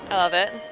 ah love it.